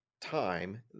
time